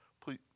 Please